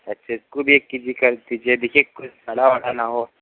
अच्छा इसको भी एक के जी कर दीजिए देखिए कुछ सड़ा वड़ा ना हो